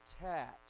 attached